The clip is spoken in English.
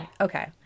Okay